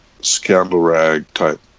scandal-rag-type